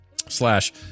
slash